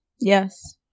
Yes